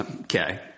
Okay